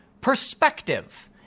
perspective